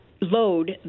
load